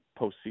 postseason